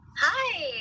hi